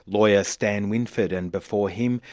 lawyer, stan winford and before him,